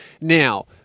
Now